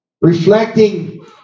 Reflecting